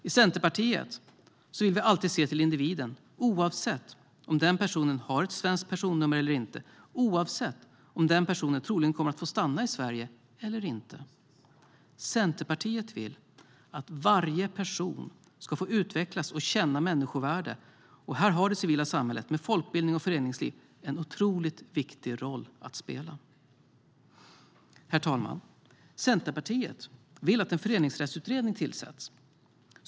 I Centerpartiet vill vi alltid se till individen, oavsett om den personen har ett svenskt personnummer eller inte och oavsett om den personen troligen kommer att få stanna i Sverige eller inte. Centerpartiet vill att varje person ska få utvecklas och känna människovärde, och här har det civila samhället med folkbildning och föreningsliv en otroligt viktig roll att spela. Herr talman! Centerpartiet vill att en föreningsrättsutredning tillsätts.